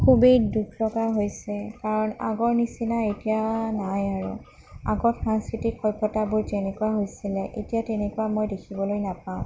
খুবেই দুখলগা হৈছে কাৰণ আগৰ নিচিনা এতিয়া নাই আৰু আগৰ সংস্কৃতি সভ্যতাবোৰ যেনেকুৱা হৈছিলে এতিয়া তেনেকুৱা মই দেখিবলৈ নাপাওঁ